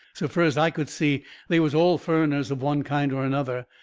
so fur as i could see they was all furriners of one kind or another.